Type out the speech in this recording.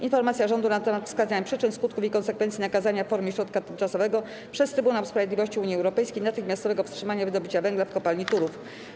Informacja rządu na temat wskazania przyczyn, skutków i konsekwencji nakazania w formie środka tymczasowego przez Trybunał Sprawiedliwości Unii Europejskiej natychmiastowego wstrzymania wydobycia węgla w kopalni Turów.